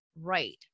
right